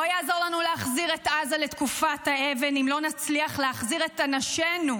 לא יעזור לנו להחזיר את עזה לתקופת האבן אם לא נצליח להחזיר את אנשינו